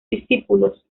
discípulos